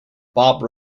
bob